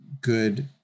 good